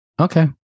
okay